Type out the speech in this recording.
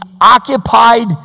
occupied